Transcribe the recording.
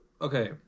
Okay